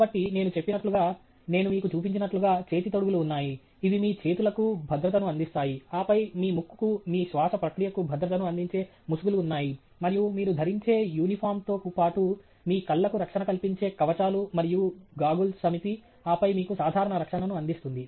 కాబట్టి నేను చెప్పినట్లుగా నేను మీకు చూపించినట్లుగా చేతి తొడుగులు ఉన్నాయి ఇవి మీ చేతులకు భద్రతను అందిస్తాయి ఆపై మీ ముక్కుకు మీ శ్వాస ప్రక్రియకు భద్రతను అందించే ముసుగులు ఉన్నాయి మరియు మీరు ధరించే యూనిఫాంతో పాటు మీ కళ్ళకు రక్షణ కల్పించే కవచాలు మరియు గాగుల్స్ సమితి ఆపై మీకు సాధారణ రక్షణను అందిస్తుంది